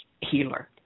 healer